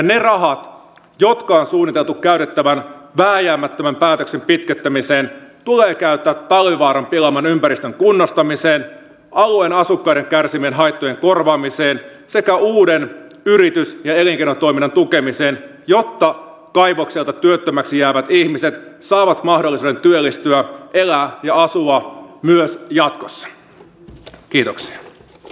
ne rahat jotka on suunniteltu käytettävän vääjäämättömän päätöksen pitkittämiseen tulee käyttää talvivaaran pilaaman ympäristön kunnostamiseen alueen asukkaiden kärsimien haittojen korvaamiseen sekä uuden yritys ja elinkeinotoiminnan tukemiseen jotta kaivokselta työttömäksi jäävät ihmiset saavat mahdollisuuden työllistyä elää ja asua myös jatkossa